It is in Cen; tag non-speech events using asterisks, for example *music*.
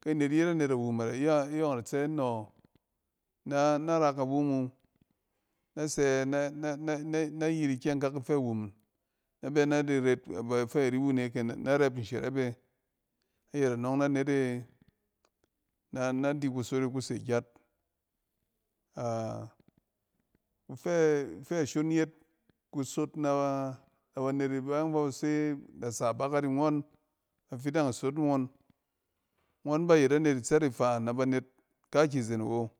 Kyɛ anet yet anet awum, ayↄng da tsɛ nↄ na ra kawum wu nasɛ nɛ-nɛ-nɛ bɛ na di ret bafɛ ri wune nɛ rɛp ishɛrɛp e. Ayɛt anↄng na net e na-na di kusot e ku se gyat *hesitation* ifɛ shon yet, kusot nɛ ba-na banɛt bayↄng fɛ ba se da sa bakat ni ngↄng fɛ da sa bakat ni ngↄn, bafidang isot ngↄn, ngↄn ba yet anet itsɛt ifa na ba net kɛkizen awo.